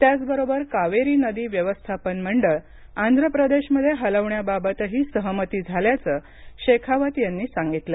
त्याच बरोबर कावेरी नदी व्यवस्थापन मंडळ आंध्र प्रदेशमध्ये हलवण्या बाबतही सहमती झाल्याचं शेखावत यांनी सांगितलं